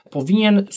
powinien